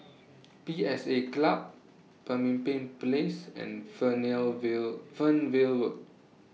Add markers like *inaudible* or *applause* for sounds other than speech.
P S A Club Pemimpin Place and *unintelligible* Fernvale Road